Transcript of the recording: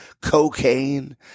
cocaine